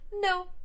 no